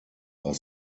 are